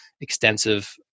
extensive